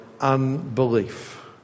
unbelief